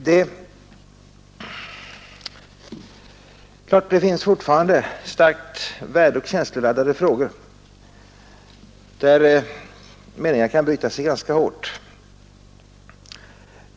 Det är klart att det fortfarande finns starkt värdeoch känsloladdade frågor där meningarna kan bryta sig ganska hårt.